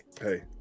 hey